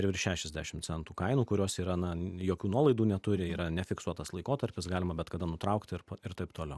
virš šešiasdešim centų kainų kurios yra na jokių nuolaidų neturi yra nefiksuotas laikotarpis galima bet kada nutraukt ir ir taip toliau